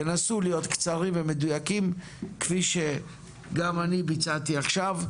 תנסו להיות קצרים ומדויקים כפי שגם אני ביצעתי עכשיו.